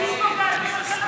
עשר דקות, בבקשה.